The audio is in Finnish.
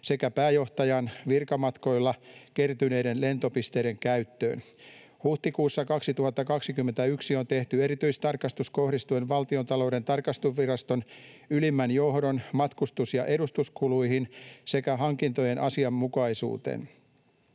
sekä pääjohtajan virkamatkoilla kertyneiden lentopisteiden käyttöön. Huhtikuussa 2021 on tehty erityistarkastus kohdistuen Valtiontalouden tarkastusviraston ylimmän johdon matkustus- ja edustuskuluihin sekä hankintojen asianmukaisuuteen.